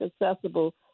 accessible